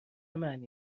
معنی